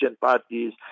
parties